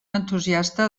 entusiasta